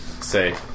say